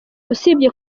usibye